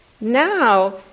Now